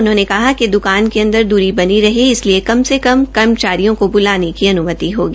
उन्होंने कहा कि दुकान के अंदर दूरी बनी रहे इसलिए कम से कम कर्मचारियों को बुलाने की अन्मति होगी